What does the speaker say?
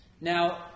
Now